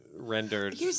rendered